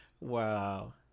wow